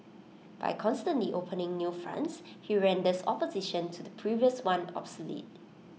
by constantly opening new fronts he renders opposition to the previous one obsolete